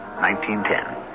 1910